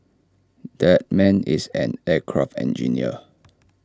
that man is an aircraft engineer